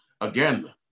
Again